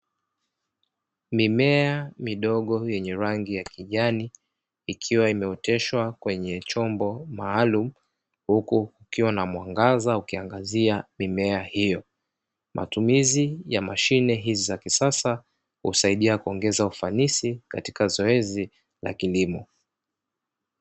Mimea midogo yenye rangi ya kijani ikiwa imeoteshwa kwenye chombo maalumu, huku kukiwa na mwangaza ukiangazia mimea hiyo. Matumizi ya mashine hizi za kisasa husaidia kuongeza ufanisi katika zoezi la kilimo.